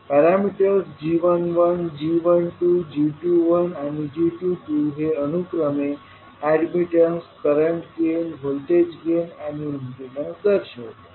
parameters g11 g12 g21आणि g22 हे अनुक्रमे admittance current gain voltage gain आणि इम्पीडन्स दर्शवतात